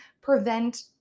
prevent